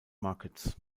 markets